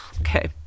Okay